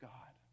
God